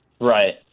Right